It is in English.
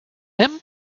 him